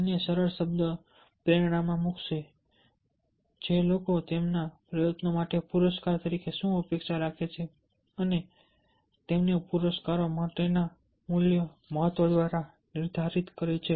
તેને સરળ શબ્દ પ્રેરણામાં મૂકો જે લોકો તેમના પ્રયત્નો માટે પુરસ્કારો તરીકે શું અપેક્ષા રાખે છે અને તેમને પુરસ્કારો માટેના મૂલ્યના મહત્વ દ્વારા નિર્ધારિત કરે છે